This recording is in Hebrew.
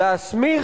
נוסף,